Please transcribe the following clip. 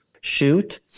shoot